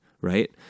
right